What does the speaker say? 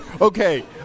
Okay